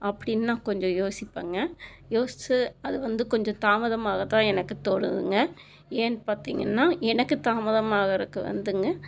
அப்படின்னு நான் கொஞ்சம் யோசிப்பேங்க யோசித்து அது வந்து கொஞ்சம் தாமதமாக தான் எனக்கு தோணுதுங்க ஏன்னெனு பார்த்தீங்கன்னா எனக்கு தாமதமாகிறக்கு வந்துங்க